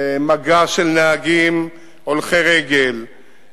מגע של נהגים והולכי-רגל,